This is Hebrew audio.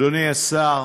אדוני השר,